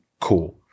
cool